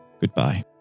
goodbye